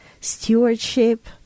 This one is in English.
stewardship